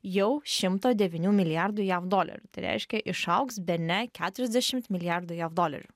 jau šimto devynių milijardų jav dolerių tai reiškia išaugs bene keturiasdešimt milijardų jav dolerių